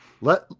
Let